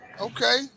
Okay